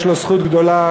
שיש לו זכות גדולה,